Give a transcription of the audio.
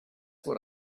what